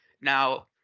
now